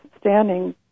standing